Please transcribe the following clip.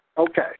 Okay